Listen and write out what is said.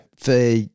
for-